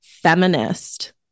feminist